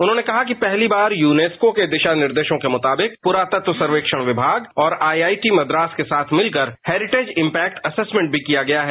उन्होंने कहा कि पहली बार यूनेस्को के दिशा निर्देशों के मुताबिक पुरातत्व सर्वेक्षण विभाग और आईआईटी मद्रास के साथ मिलकर हैरीटेज इम्पेक्ट असेसमेंट भी किया गया है